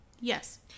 yes